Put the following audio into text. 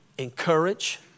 Encourage